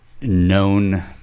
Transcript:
known